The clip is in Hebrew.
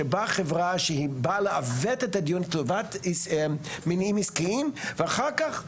שבה חברה שהיא באה לעוות את הדיון לטובת מניעים עסקיים ואחר כך,